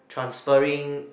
transferring